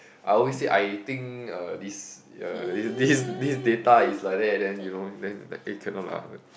I always say I think uh this uh this this this data is like that then you know then it cannot lah